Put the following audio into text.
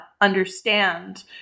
understand